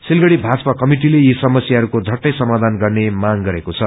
सिलगझी भाजपा कमिटिले यी समस्याहरूको झट्टै समायान गर्ने मांग गरेको छ